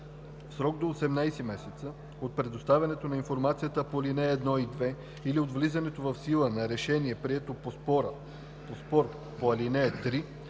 В срок до 18 месеца от предоставянето на информацията по ал. 1 и 2 или от влизането в сила на решение, прието по спор по ал. 3,